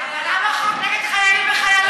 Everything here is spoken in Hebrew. אבל למה נגד חיילים וחיילות?